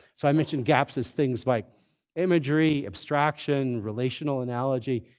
so i mentioned gaps as things like imagery, abstraction, relational analogy,